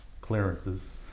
clearances